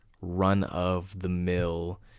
run-of-the-mill